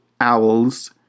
Owls